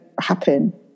happen